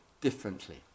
differently